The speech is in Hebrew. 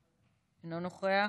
אינו נוכח.